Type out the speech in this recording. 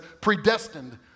predestined